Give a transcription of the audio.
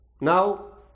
Now